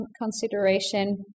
consideration